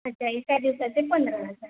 अच्छा एका दिवसाचे पंधरा हजार